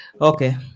Okay